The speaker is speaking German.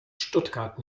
stuttgart